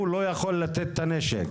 הוא לא יכול לתת את הנשק.